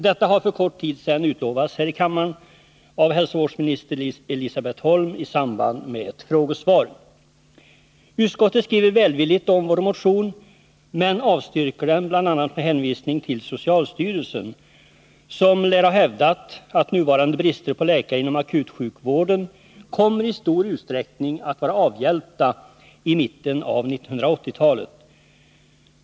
Detta har för kort tid sedan utlovats här i kammaren av hälsovårdsminister Elisabet Holm i samband med ett frågesvar. Utskottet skriver välvilligt om vår motion men avstyrker den, bl.a. med hänvisning till att socialstyrelsen hävdat att nuvarande brister på läkare inom akutsjukvården i stor utsträckning kommer att vara avhjälpta i mitten av 1980-talet.